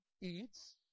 eats